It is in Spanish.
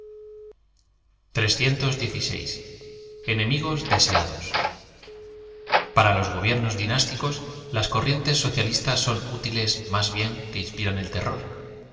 enemigos deseados p a ra los gobiernos dinásticos las corrientes soda listas son útiles más bien que inspiran el terror